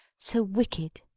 so wicked.